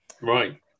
right